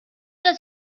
oder